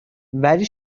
ولی